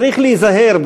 צריך להיזהר,